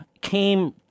came